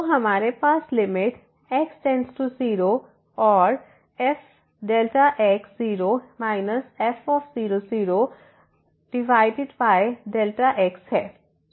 तो हमारे पास लिमिट x→0 और fx0 f00x है